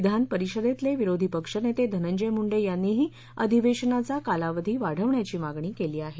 विधान परिषदेतले विरोधी पक्षनेते धनंजय मूंडे यांनीही अधिवेशनाचा कालावधी वाढवण्याची मागणी केली आहे